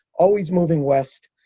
always moving west,